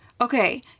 okay